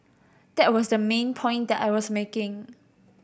that was the main point that I was making